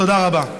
תודה רבה.